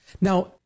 Now